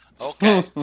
Okay